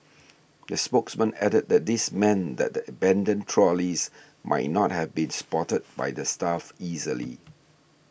the spokesmen added that this meant that the abandoned trolleys might not have been spotted by the staff easily